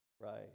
right